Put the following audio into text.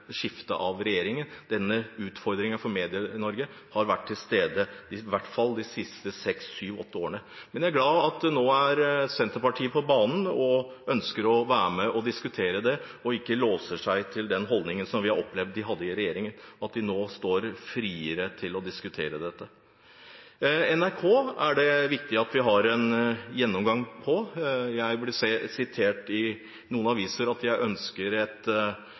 skiftet av regjeringen. Denne utfordringen for Medie-Norge har vært til stede i hvert fall de siste seks–syv–åtte årene. Jeg er glad for at Senterpartiet nå er på banen og ønsker å være med og diskutere det og ikke låser seg til den holdningen som vi opplevde de hadde i regjeringen, men at de nå står friere til å diskutere dette. NRK er det viktig at vi har en gjennomgang på. Jeg er blitt sitert i noen aviser på at jeg ønsker et